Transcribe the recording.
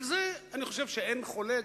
על זה אני חושב שאין חולק: